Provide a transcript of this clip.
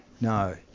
no